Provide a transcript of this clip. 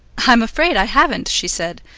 i am afraid i haven't, she said.